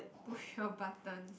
push your buttons